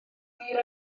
wir